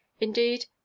Indeed